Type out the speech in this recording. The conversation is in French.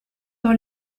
dans